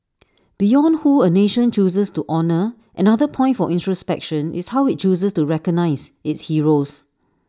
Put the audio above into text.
beyond who A nation chooses to honour another point for introspection is how IT chooses to recognise its heroes